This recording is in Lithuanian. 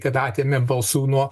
kad atėmė balsų nuo